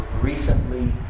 recently